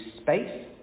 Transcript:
space